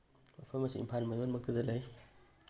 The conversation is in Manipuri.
ꯃꯐꯝ ꯑꯁꯤ ꯏꯝꯐꯥꯜꯒꯤ ꯃꯌꯣꯜꯃꯛꯇꯗ ꯂꯩ